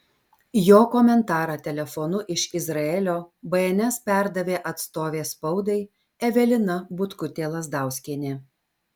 jo komentarą telefonu iš izraelio bns perdavė atstovė spaudai evelina butkutė lazdauskienė